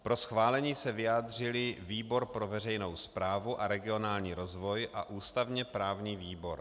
Pro schválení se vyjádřil výbor pro veřejnou správu a regionální rozvoj a ústavněprávní výbor.